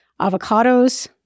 Avocados